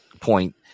point